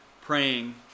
praying